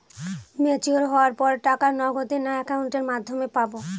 Mature হওয়ার পর টাকা নগদে না অ্যাকাউন্টের মাধ্যমে পাবো?